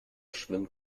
schwimmt